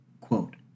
quote